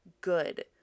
good